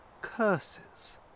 curses